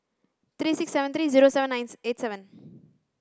three six seven three zero seven eight seven